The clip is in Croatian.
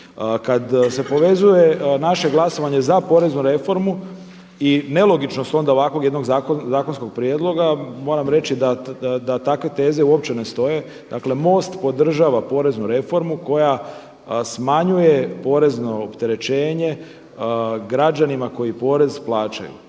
Kad se povezuje naše glasovanje za poreznu reformu i nelogičnost onda ovakvog jednog zakonskog prijedloga, moram reći da takve veze uopće ne stoje, dakle MOST podržava poreznu reformu koja smanjuje porezno opterećenje građanima koji porez plaćaju.